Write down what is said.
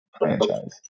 franchise